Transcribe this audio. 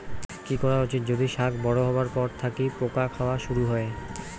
কি করা উচিৎ যদি শাক বড়ো হবার পর থাকি পোকা খাওয়া শুরু হয়?